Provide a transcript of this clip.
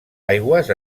aigües